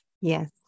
Yes